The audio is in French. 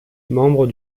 membre